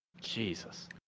Jesus